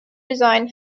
design